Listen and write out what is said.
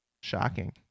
Shocking